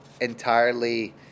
entirely